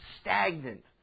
stagnant